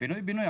ופינוי בינוי,